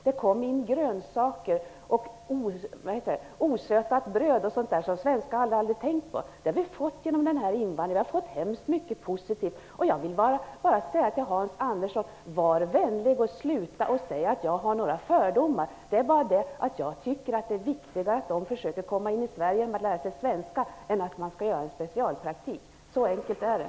Vi fick grönsaker och osötat bröd och annat som vi svenskar aldrig tidigare hade tänkt på. Vi har fått mycket positivt genom invandrarna. Jag vill bara säga till Hans Andersson: Var vänlig och sluta säga att jag har några fördomar! Jag tycker bara att det är viktigare att de försöker komma in i Sverige genom att lära sig svenska än genom en specialpraktik. Så enkelt är det.